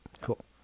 Cool